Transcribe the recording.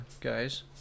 guys